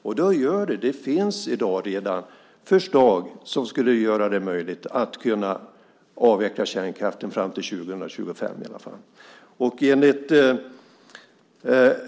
Redan i dag finns det förslag som skulle göra det möjligt att avveckla kärnkraften fram till i alla fall 2025.